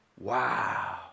Wow